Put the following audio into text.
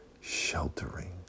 sheltering